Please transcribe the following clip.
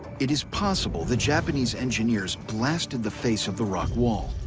it is possible the japanese engineers blasted the face of the rock wall,